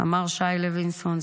סמ"ר שי לוינסון,